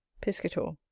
piscator.